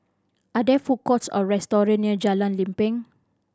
are there food courts or restaurant near Jalan Lempeng